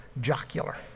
Jocular